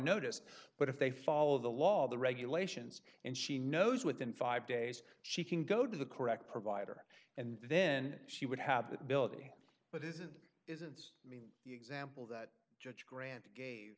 notice but if they follow the law the regulations and she knows within five days she can go to the correct provider and then she would have that ability but isn't isn't the example that judge grant